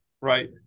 right